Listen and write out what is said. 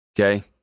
okay